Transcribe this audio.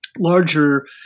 larger